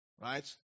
Right